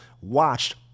watched